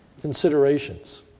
considerations